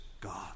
God